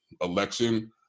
election